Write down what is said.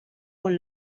con